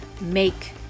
make